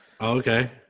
okay